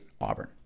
Auburn